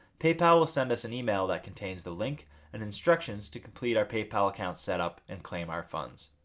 paypal will send us an email that contains the link and instructions to complete our paypal account set-up and claim our funds.